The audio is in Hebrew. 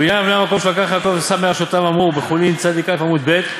ובעניין אבני המקום שלקח יעקב ושם מראשותיו אמרו בחולין צא עמוד ב':